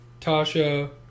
Tasha